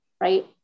right